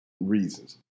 reasons